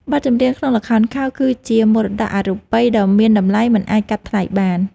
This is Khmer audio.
បទចម្រៀងក្នុងល្ខោនខោលគឺជាមរតកអរូបីដ៏មានតម្លៃមិនអាចកាត់ថ្លៃបាន។